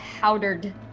powdered